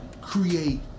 create